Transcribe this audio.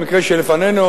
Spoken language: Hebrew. במקרה שלפנינו,